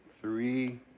Three